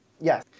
Yes